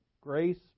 grace